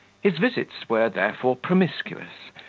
his visits were, therefore, promiscuous,